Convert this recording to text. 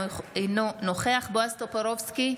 אינו נוכח בועז טופורובסקי,